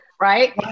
right